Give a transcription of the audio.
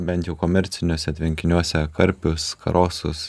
bent jau komerciniuose tvenkiniuose karpius karosus